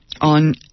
on